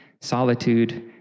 solitude